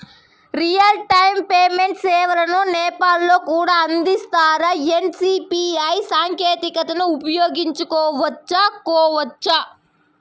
Real time payment సేవలు నేపాల్ లో కూడా అందిస్తారా? ఎన్.సి.పి.ఐ సాంకేతికతను ఉపయోగించుకోవచ్చా కోవచ్చా?